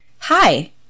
Hi